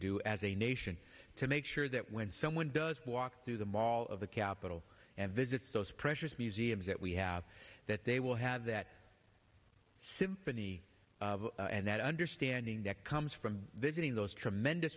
do as a nation to make sure that when someone does walk through the mall of the capitol and visits those precious museums that we have that they will have that symphony and that understanding that comes from visiting those tremendous